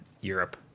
Europe